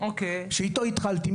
שאיתו התחלתי,